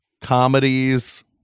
comedies